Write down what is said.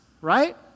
right